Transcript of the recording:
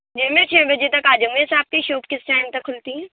جی میں چھ بجے تک آ جاؤں گی ویسے آپ کی شاپ کس ٹائم تک کھلتی ہے